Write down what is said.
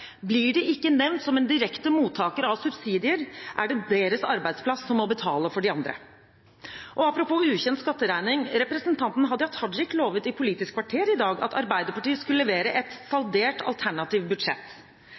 Blir de ikke nevnt som en direkte mottaker av subsidier, er det deres arbeidsplass som må betale for de andre. Apropos ukjent skatteregning: Representanten Hadia Tajik lovet i Politisk kvarter i dag at Arbeiderpartiet skulle levere et saldert alternativt budsjett.